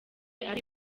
ari